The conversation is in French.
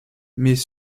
mais